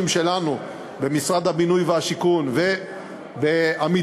שלנו במשרד הבינוי והשיכון וב"עמידר",